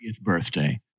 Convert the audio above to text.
birthday